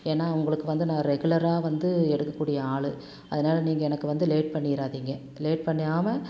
ஏன்னா உங்களுக்கு வந்து நான் ரெகுலராக வந்து எடுக்கக்கூடிய ஆள் அதனால் நீங்கள் எனக்கு வந்து லேட் பண்ணிடாதிங்க லேட் பண்ணாமல்